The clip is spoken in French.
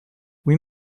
oui